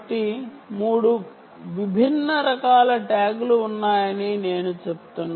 కాబట్టి 3 విభిన్న రకాల ట్యాగ్లు ఉన్నాయని నేను చెప్తున్నాను